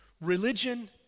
Religion